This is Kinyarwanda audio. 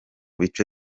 bice